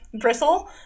bristle